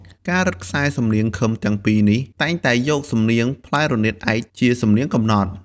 ការរឹតខ្សែសំនៀងឃឹមទាំងពីរនេះ តែងតែយកសំនៀងផ្លែរនាតឯកជាសំនៀងកំណត់។